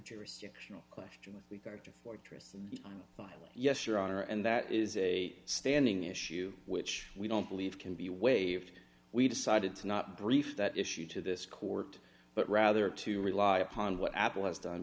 jurisdictional with regard to fortress and filing yes your honor and that is a standing issue which we don't believe can be waived we decided to not brief that issue to this court but rather to rely upon what apple has done